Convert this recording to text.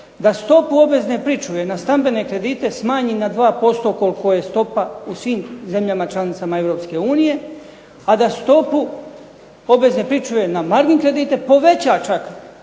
da stopu obvezne pričuve na stambene kredite smanji na 2% koliko je stopa u svim zemljama članicama Europske unije a da stopu obvezne pričuve na margin kredite poveća čak